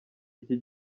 iki